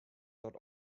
dot